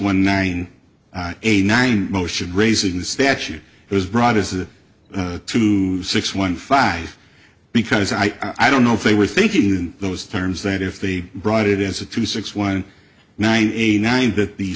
one nine eighty nine motion raising the statute was brought as a two six one five because i i don't know if they were thinking in those terms that if they brought it into two six one nine eighty nine that the